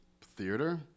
Theater